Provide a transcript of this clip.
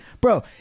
Bro